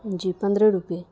جی پندرہ روپیے